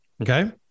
okay